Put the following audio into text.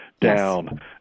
down